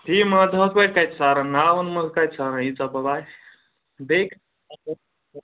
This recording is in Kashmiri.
کَتہِ سارن ناون منٛز کَتہِ سارن ییٖژاہ بَلاے بیٚیہِ